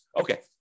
Okay